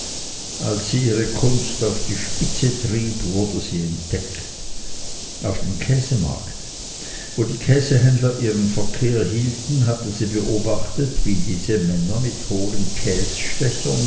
als sie ihre kunst auf die spitze trieb wurde sie entdeckt auf dem käsemarkt wo die käsehändler ihren verkehr hielten hatte sie beobachtet wie diese männer mit